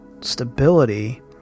stability